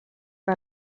que